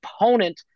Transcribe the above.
opponent